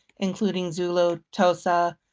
including zulu, tosa,